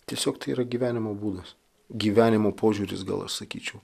tiesiog tai yra gyvenimo būdas gyvenimo požiūris gal aš sakyčiau